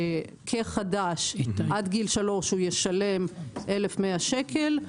כחדש, עד גיל שלוש ישלם 1,100 שקל.